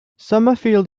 summerfield